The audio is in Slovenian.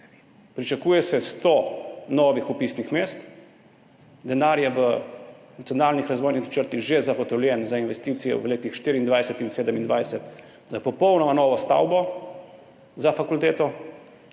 Pričakuje se sto novih vpisnih mest. Denar je v nacionalnih razvojnih načrtih že zagotovljen za investicije v letih od 2024 do 2027 za popolnoma novo stavbo za fakulteto